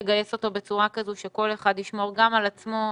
לגייס אותו בצורה כזו שכל אחד ישמור גם על עצמו,